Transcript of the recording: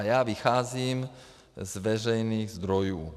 Já vycházím z veřejných zdrojů.